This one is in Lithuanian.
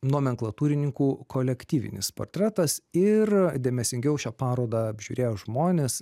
nomenklatūrininkų kolektyvinis portretas ir dėmesingiau šią parodą apžiūrėję žmonės